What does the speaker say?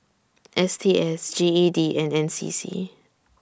S T S G E D and N C C